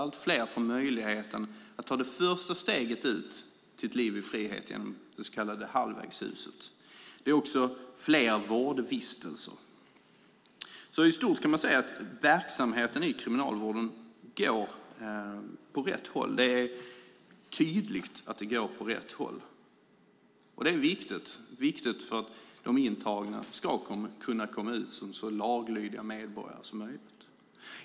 Allt fler får möjligheten att ta det första steget till ett liv i frihet genom de så kallade halvvägshusen. Det är också fler vårdvistelser. I stort kan man alltså säga att verksamheten i kriminalvården utvecklas åt rätt håll. Det är tydligt. Det är viktigt för att de intagna ska kunna komma ut som så laglydiga medborgare som möjligt.